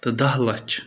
تہٕ دٔہ لَچھ